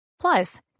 Plus